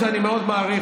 אני אומר לך,